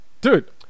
Dude